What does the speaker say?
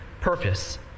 purpose